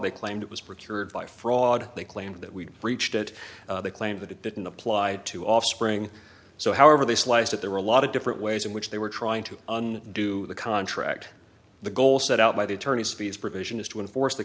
they claimed it was procured by fraud they claimed that we reached it they claim that it didn't apply to offspring so however they slice it there were a lot of different ways in which they were trying to do the contract the goal set out by the attorneys f